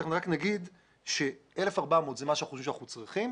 רק נאמר ש-1,400 זה מה שאנחנו חושבים שאנחנו צריכים.